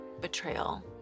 betrayal